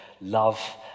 love